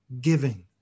giving